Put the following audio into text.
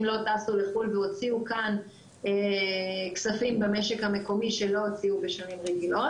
לא טסו לחו"ל והוציאו כאן כספים במשק המקומי שלא הוציאו בשנים רגילות.